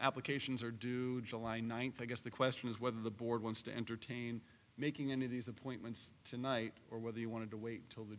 applications are due july ninth i guess the question is whether the board wants to entertain making any of these appointments tonight or whether you want to wait till the